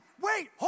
wait